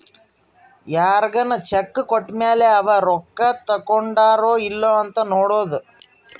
ಯಾರ್ಗನ ಚೆಕ್ ಕೋಟ್ಮೇಲೇ ಅವೆ ರೊಕ್ಕ ತಕ್ಕೊಂಡಾರೊ ಇಲ್ಲೊ ಅಂತ ನೋಡೋದು